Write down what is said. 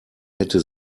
hätte